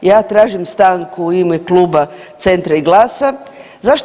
Ja tražim stanku u ime kluba Centra i GLAS-a.